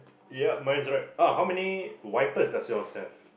yeah mine's right ah how many wipers does yours have